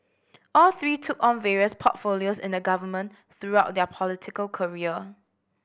all three took on various portfolios in the government throughout their political career